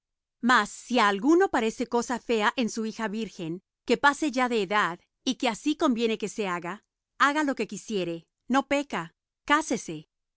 mas si á alguno parece cosa fea en su hija virgen que pase ya de edad y que así conviene que se haga haga lo que quisiere no peca cásese